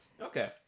okay